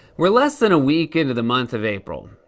we're less than a week into the month of april.